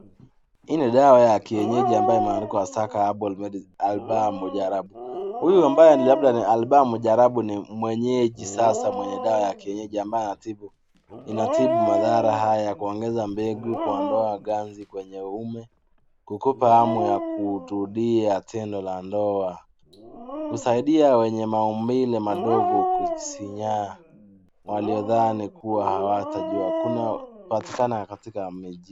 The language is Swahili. Hii ni dawa ya kienyeji ambayo imeandikwa Assaca Albamu Mjarabu Huyu ambaye labda ni Albamu Mjarabu ni mwenyeji sasa mwenye dawa ya kienyeji ambayo inatibu... inatibu madhara haya ya kuongeza mbegu, kuondoa ganzi kwenye uume, kukupa hamu ya kurudia tendo la ndoa, kusaidia wenye maumbile madogo kusinyaa waliyodhani kuwa hawatujua. Kunapatikana katika miji.